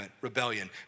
rebellion